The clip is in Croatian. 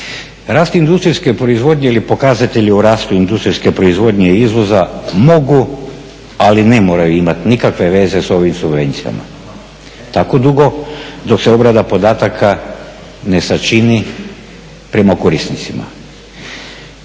Rast industrijske proizvodnje ili pokazatelji o rastu industrijske proizvodnje i izvoza mogu, ali ne moraju imat nikakve veze s ovim subvencijama tako dugo dok se obrada podataka ne sačini prema korisnicima.